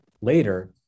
later